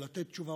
או לתת תשובה,